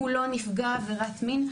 הוא לא נפגע עבירת מין.